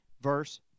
verse